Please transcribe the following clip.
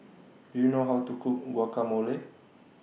Do YOU know How to Cook Guacamole